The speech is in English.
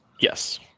Yes